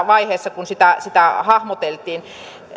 vaiheessa kun maakuntalakia hahmoteltiin